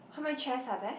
how many chairs are there